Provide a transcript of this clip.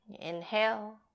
Inhale